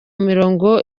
mirongo